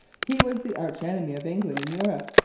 he was the arch-enemy of england in europe.